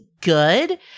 good